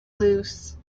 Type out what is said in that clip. lose